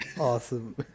Awesome